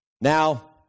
Now